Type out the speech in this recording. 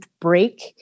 break